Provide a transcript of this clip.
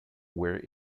where